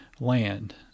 land